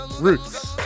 Roots